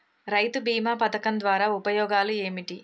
రైతు బీమా పథకం ద్వారా ఉపయోగాలు ఏమిటి?